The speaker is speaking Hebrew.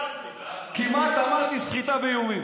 כמעט אמרתי "סחיטה באיומים".